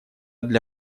для